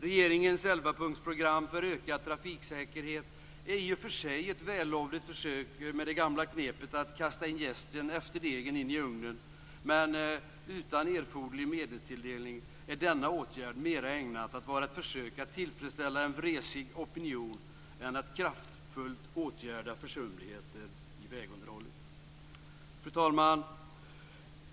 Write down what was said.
Regeringens elvapunktsprogram för ökad trafiksäkerhet är i och för sig ett vällovligt försök med det gamla knepet att kasta in jästen efter degen i ugnen, men utan erforderlig medelstilldelning är denna åtgärd mera ägnad att försöka tillfredsställa en vresig opinion än att kraftfullt åtgärda försumligheter i vägunderhållet. Fru talman!